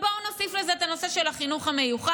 ובואו נוסיף לזה את הנושא של החינוך המיוחד,